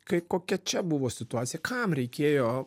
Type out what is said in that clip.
kaip kokia čia buvo situacija kam reikėjo